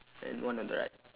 and one on the right